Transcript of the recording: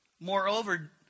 Moreover